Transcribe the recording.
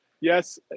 yes